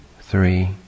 three